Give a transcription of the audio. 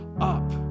up